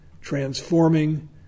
transforming